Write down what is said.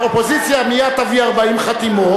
האופוזיציה מייד תביא 40 חתימות,